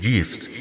Gift